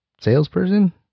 salesperson